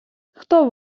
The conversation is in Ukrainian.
хто